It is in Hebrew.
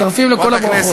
אנחנו מצטרפים לכל הברכות.